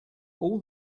all